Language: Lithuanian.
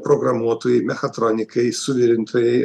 programuotojai mechatronikai suvirintojai